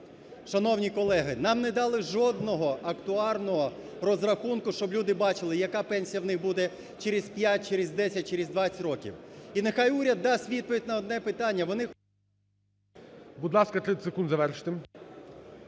Шановні колеги, нам не дали жодного актуального розрахунку, щоб люди бачили, яка пенсія у них буде через п'ять, через десять, через двадцять років. І нехай уряд дасть відповідь на одне питання… ГОЛОВУЮЧИЙ. Будь ласка, 30 секунд, завершити.